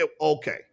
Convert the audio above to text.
okay